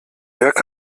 jörg